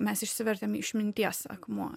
mes išsivertėm išminties akmuo